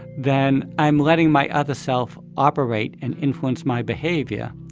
then i'm letting my other self operate and influence my behavior